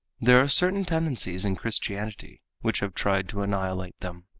there are certain tendencies in christianity which have tried to annihilate them.